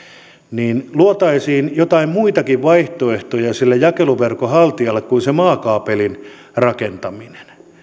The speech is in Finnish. niin luotaisiin joitain muitakin vaihtoehtoja sille jakeluverkon haltijalle kuin se maakaapelin rakentaminen